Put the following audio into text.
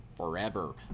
forever